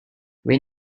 when